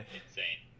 insane